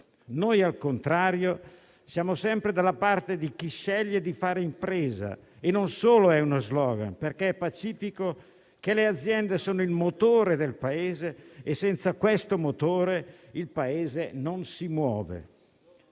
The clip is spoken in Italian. Noi, al contrario, siamo sempre dalla parte di chi sceglie di fare impresa e non è solo uno *slogan*, perché è pacifico che le aziende sono il motore del Paese e senza questo motore il Paese non si muove.